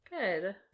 Good